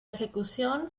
ejecución